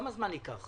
כמה זמן ייקח